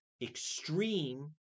Extreme